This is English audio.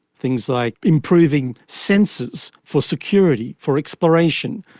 things like improving sensors for security, for exploration,